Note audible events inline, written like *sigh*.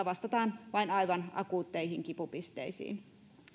*unintelligible* vastataan vain aivan akuutteihin kipupisteisiin